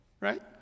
right